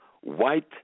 white